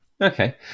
Okay